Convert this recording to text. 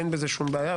אין בזה שום בעיה,